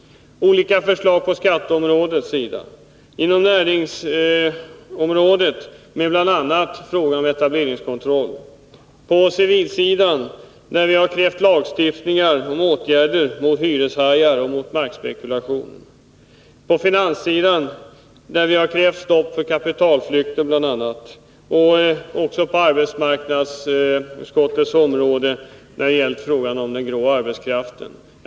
Vi har lagt fram olika förslag på skatteområdet inom näringsområdet med bl.a. frågan om etableringskontroll, på civilsidan, där vi har krävt lagstiftning om åtgärder mot hyreshajar och mot markspekulation. Det har lagts fram förslag på finanssidan, där vi bl.a. har krävt stopp för kapitalflykt, och på arbetsmarknadens område beträffande den grå arbetskraften.